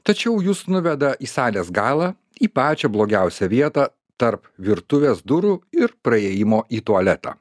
tačiau jus nuveda į salės galą į pačią blogiausią vietą tarp virtuvės durų ir praėjimo į tualetą